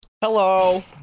hello